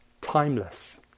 timeless